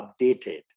updated